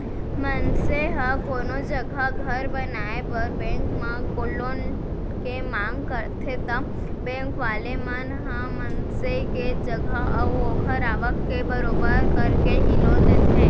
मनसे ह कोनो जघा घर बनाए बर बेंक म लोन के मांग करथे ता बेंक वाले मन ह मनसे के जगा अऊ ओखर आवक के बरोबर करके ही लोन देथे